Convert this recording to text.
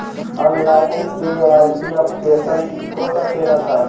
आन line KYC updation हो सकेला का?